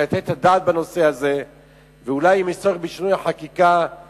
עלינו להראות לנפגעי הכתות ולבני משפחותיהם